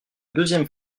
deuxième